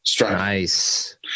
nice